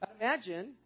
Imagine